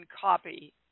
copy